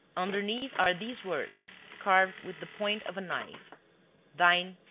underneath are these words, carved with the point of a knife thine,